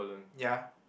ya